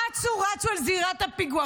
אצו רצו לזירת הפיגוע.